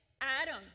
Adam